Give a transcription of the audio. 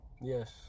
Yes